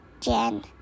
Jen